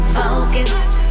focused